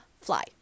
fly